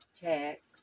text